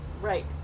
Right